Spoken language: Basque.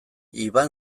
iban